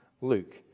Luke